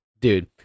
dude